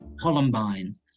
Columbine